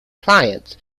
clients